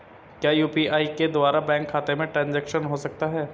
क्या यू.पी.आई के द्वारा बैंक खाते में ट्रैन्ज़ैक्शन हो सकता है?